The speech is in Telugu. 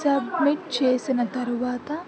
సబ్మిట్ చేసిన తరువాత